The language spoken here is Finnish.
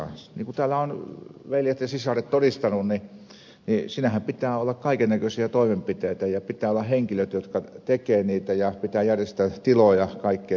niin kuin täällä ovat veljet ja sisaret todistaneet niin siinähän pitää olla kaikennäköisiä toimenpiteitä ja pitää olla henkilöt jotka tekevät niitä ja pitää järjestää tiloja ja kaikkea tämän tyyppistä